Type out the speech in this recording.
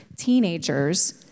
teenagers